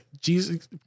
Jesus